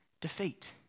Defeat